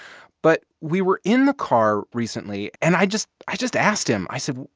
but we were in the car recently, and i just i just asked him. i said,